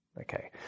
Okay